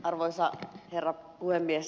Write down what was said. arvoisa herra puhemies